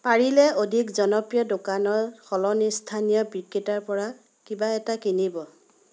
পাৰিলে অধিক জনপ্ৰিয় দোকানৰ সলনি স্থানীয় বিক্ৰেতাৰ পৰা কিবা এটা কিনিব